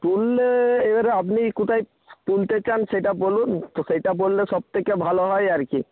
তুললে এবারে আপনি কোথায় তুলতে চান সেটা বলুন তো সেটা বললে সব থেকে ভালো হয় আর কি